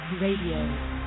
Radio